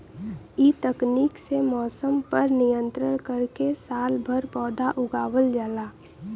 इ तकनीक से मौसम पर नियंत्रण करके सालभर पौधा उगावल जाला